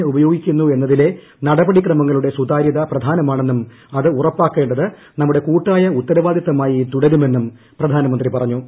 എങ്ങനെ ഉപയോഗിക്കുന്നു എന്ന്തി്ലെ നടപടിക്രമങ്ങളുടെ സുതാര്യത പ്രധാനമാണെന്നും അത് ഉറപ്പാക്കേണ്ടത് നമ്മുടെ കൂട്ടായ ഉത്തരവാദിത്തമായി തുടരുമെന്നും പ്രധാനമന്ത്രി പറഞ്ഞു